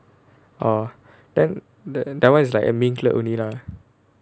orh then th~ that [one] is like a main clerk only lah